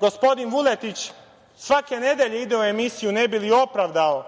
gospodin Vuletić svake nedelje ide u emisiju ne bi li opravdao